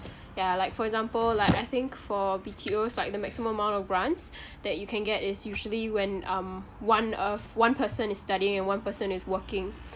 ya like for example like I think for B_T_Os like the maximum amount of grants that you can get is usually when um one of one person is studying and one person is working